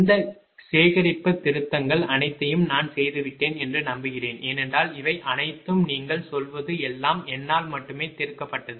இந்த சேகரிப்புத் திருத்தங்கள் அனைத்தையும் நான் செய்துவிட்டேன் என்று நம்புகிறேன் ஏனென்றால் இவை அனைத்தும் நீங்கள் சொல்வது எல்லாம் என்னால் மட்டுமே தீர்க்கப்பட்டது